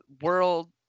world